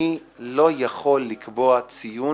אני לא יכול לקבוע ציון